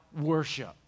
worship